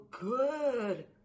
good